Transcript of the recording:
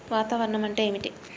వాతావరణం అంటే ఏమిటి?